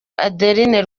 adeline